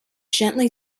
gently